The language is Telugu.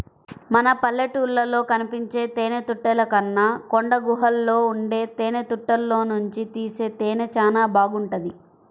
మన పల్లెటూళ్ళలో కనిపించే తేనెతుట్టెల కన్నా కొండగుహల్లో ఉండే తేనెతుట్టెల్లోనుంచి తీసే తేనె చానా బాగుంటది